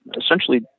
essentially